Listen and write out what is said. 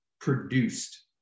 produced